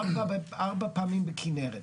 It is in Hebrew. ארבע פעמים של הכנרת.